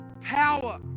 power